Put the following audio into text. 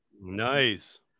nice